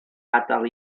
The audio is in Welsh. adael